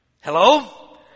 Hello